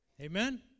Amen